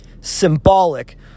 symbolic